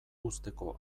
uzteko